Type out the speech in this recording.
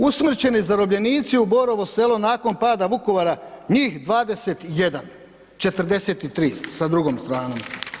Usmrćeni zarobljenici u Borovo Selo nakon pada Vukovara, njih 21. 43 sa drugom stranom.